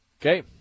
Okay